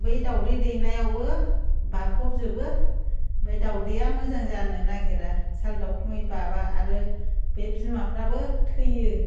बै दाउदै दैनायावबो बाफबजोबो बे दाउदैया मोजां जानो नागिरा साल दाउखुमै बाबा आरो बे बिमाफ्राबो थैयो